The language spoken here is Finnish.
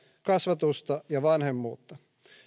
kasvatusta ja vanhemmuutta